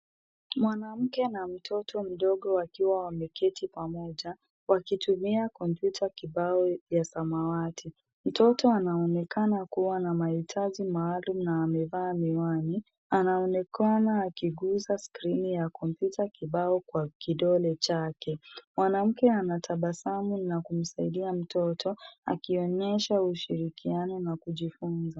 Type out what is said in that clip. Mwanamke na mtoto mdogo wakiwa wameketi pamoja wakitumia kompyuta kibao ya samawati. Mtoto anaonekana kuwa na mahitaji maalumu na amevaa miwani. Anaonekana akiguza skrini ya kompyuta kibao kwa kidole chake. Mwanamke ana tabasamu na kumsaidia mtoto akionyesha ushirikiano na kujifunza.